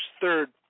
third